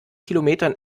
kilometern